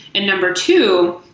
and number two,